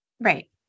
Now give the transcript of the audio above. Right